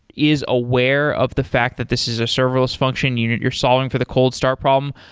is aware of the fact that this is a serverless function unit you're solving for the cold star problem?